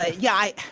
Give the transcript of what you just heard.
ah yeah.